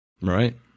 right